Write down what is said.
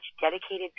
dedicated